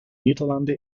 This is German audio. niederlande